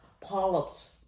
polyps